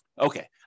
Okay